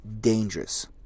dangerous